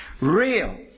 Real